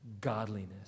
godliness